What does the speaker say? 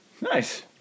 Nice